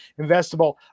investable